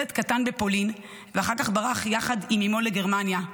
ילד קטן בפולין, ואחר כך ברח יחד עם אימו לגרמניה,